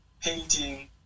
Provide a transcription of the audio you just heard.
painting